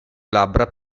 labbra